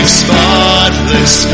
spotless